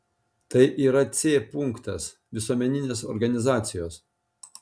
tai yra c punktas visuomeninės organizacijos